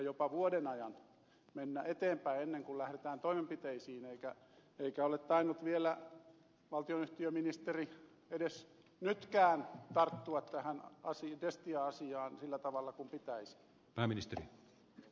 jopa vuoden ajan on menty eteenpäin ennen kuin on lähdetty toimenpiteisiin eikä ole tainnut vielä valtionyhtiöministeri edes nytkään tarttua tähän destia asiaan sillä tavalla kuin pitäisi